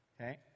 Okay